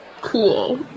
cool